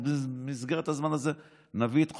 ובמסגרת הזמן הזה נביא את חוק-יסוד: